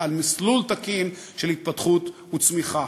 מסלול תקין של התפתחות וצמיחה.